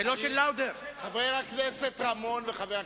רבותי חברי הכנסת רמון וטיבי,